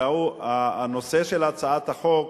הנושא של הצעת החוק